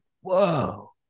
whoa